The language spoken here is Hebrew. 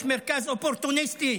יש מרכז אופורטוניסטי,